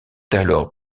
alors